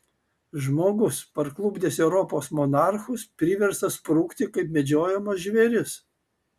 žmogus parklupdęs europos monarchus priverstas sprukti kaip medžiojamas žvėris